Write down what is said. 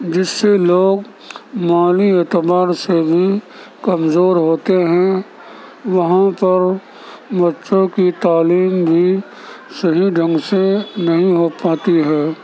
جس سے لوگ مالی اعتبار سے بھی کمزور ہوتے ہیں وہاں پر بچوں کی تعلیم بھی صحیح ڈھنگ سے نہیں ہو پاتی ہے